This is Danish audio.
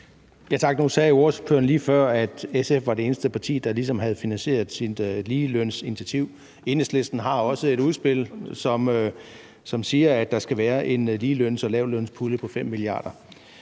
Tak. Nu sagde ordføreren lige før, at SF var det eneste parti, der ligesom havde finansieret sit ligelønsinitiativ. Enhedslisten har også et udspil, som siger, at der skal være en ligeløns- og lavtlønspulje på 5 mia. kr.